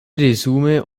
resume